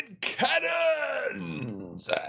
cannons